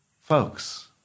Folks